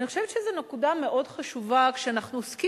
אני חושבת שזו נקודה מאוד חשובה כשאנחנו עוסקים,